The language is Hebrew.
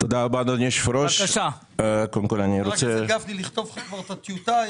חבר הכנסת גפני, לכתוב לך את הטיוטה?